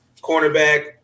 cornerback